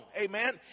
Amen